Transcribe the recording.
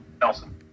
Nelson